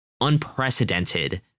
unprecedented